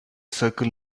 circle